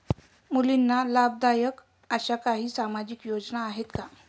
मुलींना लाभदायक अशा काही सामाजिक योजना आहेत का?